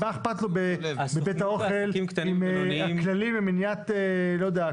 בבית האוכל אם הכללים למניעת לא יודע,